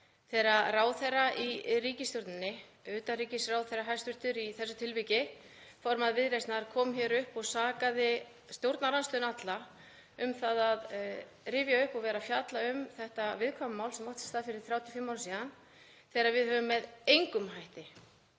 þegar ráðherra í ríkisstjórninni, hæstv. utanríkisráðherra í þessu tilviki, formaður Viðreisnar, kom hér upp og sakaði stjórnarandstöðuna alla um að rifja upp og vera að fjalla um þetta viðkvæma mál sem átti sér stað fyrir 35 árum síðan þegar við höfum með engum hætti